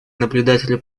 наблюдателю